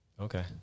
okay